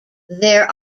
there